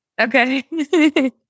Okay